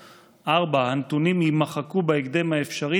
4. הנתונים יימחקו בהקדם האפשרי,